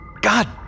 God